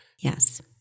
Yes